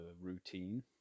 routine